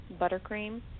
buttercream